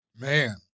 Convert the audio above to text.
Man